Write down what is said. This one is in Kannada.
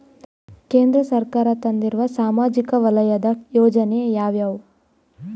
ಕೇಂದ್ರ ಸರ್ಕಾರ ತಂದಿರುವ ಸಾಮಾಜಿಕ ವಲಯದ ಯೋಜನೆ ಯಾವ್ಯಾವು?